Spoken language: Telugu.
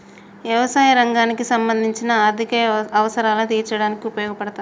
యవసాయ రంగానికి సంబంధించిన ఆర్ధిక అవసరాలను తీర్చడానికి ఉపయోగపడతాది